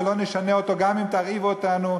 ולא נשנה אותו גם אם תרעיבו אותנו.